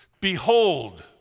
Behold